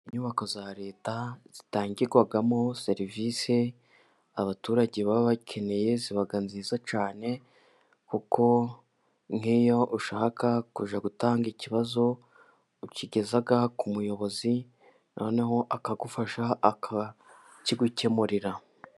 Inyubako za leta zitangirwamo serivisi abaturage baba bakeneye ziba nziza cyane, kuko nk'iyo ushaka kujya gutanga ikibazo ukigeza ku muyobozi, noneho akagufasha akakigukemurira.